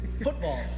football